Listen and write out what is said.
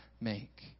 make